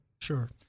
Sure